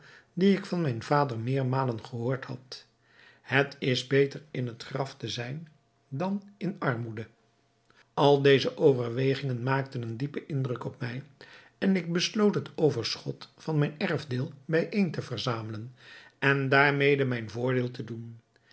die ik van mijn vader meermalen gehoord had het is beter in het graf te zijn dan in armoede al deze overwegingen maakten een diepen indruk op mij en ik besloot het overschot van mijn erfdeel bijeen te verzamelen en daarmede mijn voordeel te doen